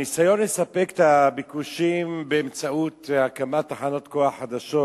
הניסיון לספק את הביקושים באמצעות הקמת תחנות כוח חדשות,